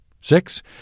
Six